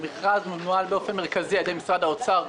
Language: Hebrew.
המכרז מנוהל באופן מרכזי על ידי משרד האוצר,